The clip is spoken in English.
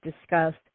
discussed